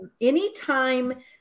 anytime